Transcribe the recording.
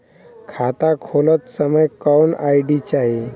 खाता खोलत समय कौन आई.डी चाही?